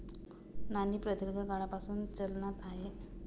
नाणी प्रदीर्घ काळापासून चलनात आहेत